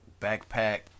backpack